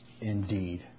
indeed